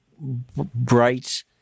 bright